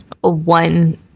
one